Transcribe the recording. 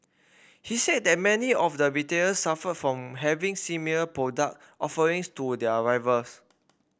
he said that many of the retailers suffered from having similar product offerings to their rivals